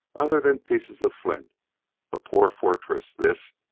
other than pieces of flint a poor fortress, this,